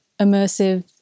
immersive